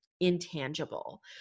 intangible